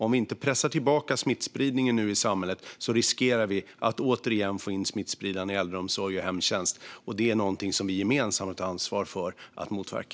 Om vi inte pressar tillbaka smittspridningen i samhället nu riskerar vi att återigen få in smittan i äldreomsorg och hemtjänst. Det är något som vi gemensamt har ett ansvar för att motverka.